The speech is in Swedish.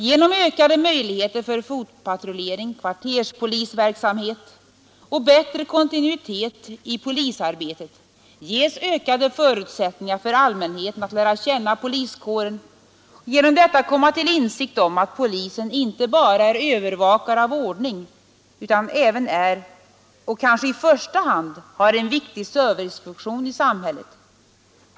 Genom ökade möjligheter för fotpatrullering, kvarterspolisverksamhet och bättre kontinuitet i polisarbetet ges ökade förutsättningar för allmänheten att lära känna poliskåren och genom detta komma till insikt om att polisen inte bara är övervakare av lag och ordning utan även — och kanske i första hand — har en viktig servicefunktion i samhället.